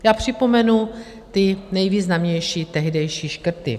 Já připomenu ty nejvýznamnější tehdejší škrty.